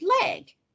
leg